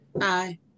Aye